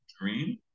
dream